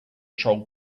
troll